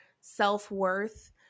self-worth